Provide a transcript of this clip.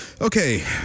Okay